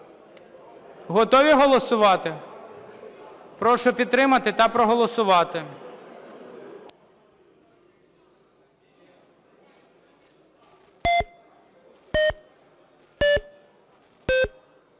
Готові голосувати? Прошу підтримати та проголосувати.